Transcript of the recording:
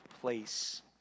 place